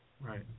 Right